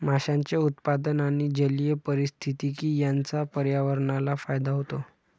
माशांचे उत्पादन आणि जलीय पारिस्थितिकी यांचा पर्यावरणाला फायदा होतो